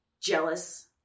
Jealous